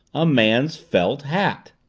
a man's felt hat!